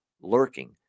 lurking